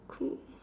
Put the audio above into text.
cool